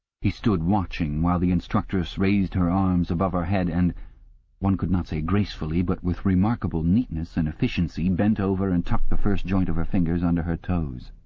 he stood watching while the instructress raised her arms above her head and one could not say gracefully, but with remarkable neatness and efficiency bent over and tucked the first joint of her fingers under her toes.